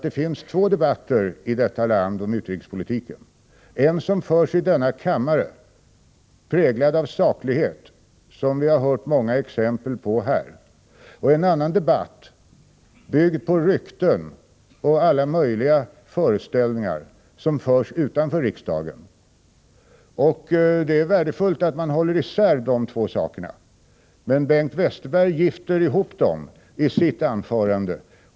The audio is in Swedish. Det finns två debatter om utrikespolitiken i detta land — en debatt som förs i denna kammare och som präglas av en saklighet, som vi hört många exempel på här, och en annan debatt, byggd på rykten och alla möjliga föreställningar, som förs utanför riksdagen. Det är värdefullt att man håller isär de två sakerna. Men Bengt Westerberg ”gifter ihop” dem i sitt anförande.